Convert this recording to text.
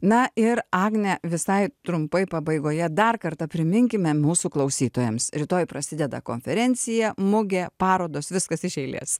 na ir agne visai trumpai pabaigoje dar kartą priminkime mūsų klausytojams rytoj prasideda konferencija mugė parodos viskas iš eilės